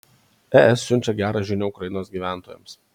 es siunčia gerą žinią ukrainos gyventojams